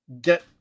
get